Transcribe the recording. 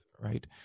right